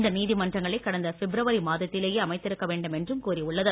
இந்த நீதிமன்றங்களை கடந்த பிப்ரவரி மாதத்திலேயே அமைத்திருக்க வேண்டுமென்றும் கூறி உள்ளது